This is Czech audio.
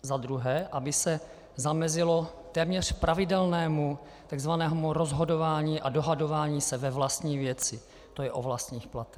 Za druhé, aby se zamezilo téměř pravidelnému tzv. rozhodování a dohadování se ve vlastní věci, tj. o vlastních platech.